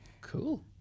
Cool